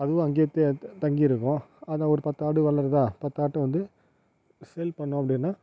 அதுவும் அங்கயே தே தங்கியிருக்கும் அது ஒரு பத்து ஆடு வளருதா பத்து ஆட்டை வந்து செல் பண்ணிணோம் அப்படினா